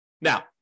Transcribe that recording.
Now